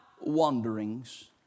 wanderings